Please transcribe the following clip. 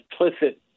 explicit